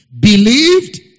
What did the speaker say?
Believed